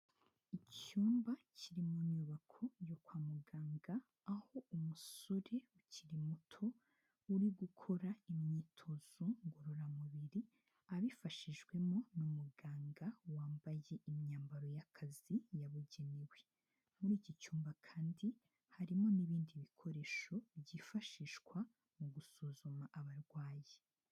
Icyumba kiri mu nyubako yo kwa muganga aho umusore ukiri muto uri gukora imyitozo ngororamubiri abifashijwemo n'umuganga wambaye imyambaro y'akazi yabugenewe. Muri iki cyumba kandi harimo n'ibindi bikoresho byifashishwa mu gusuzuma abarwayi.